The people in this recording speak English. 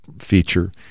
feature